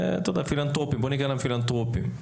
פילנטרופיים.